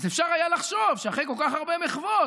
אז אפשר היה לחשוב שאחרי כל כך הרבה מחוות,